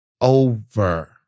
over